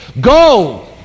Go